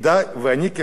כחבר הכנסת,